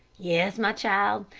yes, my child.